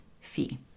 fee